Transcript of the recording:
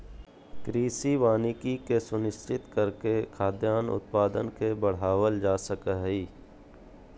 कृषि वानिकी के सुनिश्चित करके खाद्यान उत्पादन के बढ़ावल जा सक हई